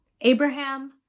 Abraham